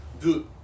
dude